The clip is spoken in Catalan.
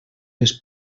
les